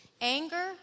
Anger